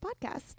podcast